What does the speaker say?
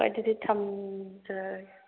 ꯍꯣꯏ ꯑꯗꯨꯗꯤ ꯊꯝꯖꯔꯒꯦ